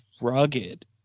rugged